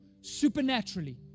supernaturally